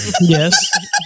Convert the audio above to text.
Yes